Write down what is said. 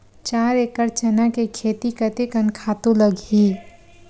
चार एकड़ चना के खेती कतेकन खातु लगही?